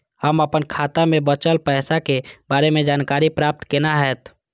हम अपन खाता में बचल पैसा के बारे में जानकारी प्राप्त केना हैत?